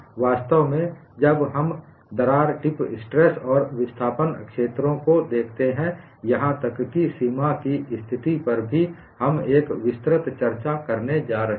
वास्तव में जब हम दरार टिप स्ट्रेस और विस्थापन क्षेत्रों को देखते हैं यहां तक कि सीमा की स्थिति पर भी हम एक विस्तृत चर्चा करने जा रहे हैं